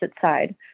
side